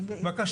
בבקשה.